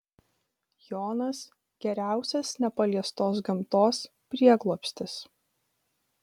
jonas geriausias nepaliestos gamtos prieglobstis